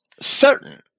certain